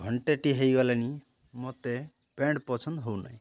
ଘଣ୍ଟେଟିଏ ହୋଇଗଲାଣି ମୋତେ ପ୍ୟାଣ୍ଟ୍ ପସନ୍ଦ ହେଉନି